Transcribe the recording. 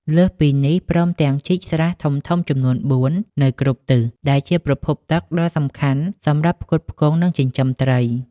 លើសពីនេះ ព្រមទាំងជីកស្រះធំៗចំនួន ៤ នៅគ្រប់ទិស ដែលជាប្រភពទឹកដ៏សំខាន់សម្រាប់ផ្គត់ផ្គង់ និងចិញ្ចឹមត្រី។